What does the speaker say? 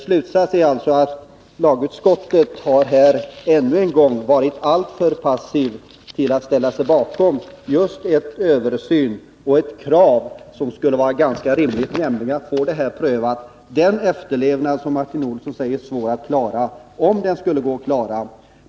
Slutsatsen är att lagutskottet ännu en gång har varit alltför passivt när det gäller att ställa sig bakom en översyn och det ganska rimliga kravet att få den här frågan prövad. Martin Olsson talade om att efterlevnaden är svår att klara.